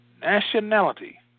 Nationality